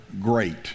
great